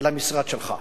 על המשרד שלך.